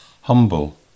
humble